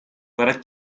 para